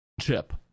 chip